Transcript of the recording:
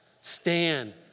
Stand